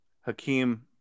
Hakeem